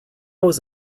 was